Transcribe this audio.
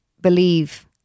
believe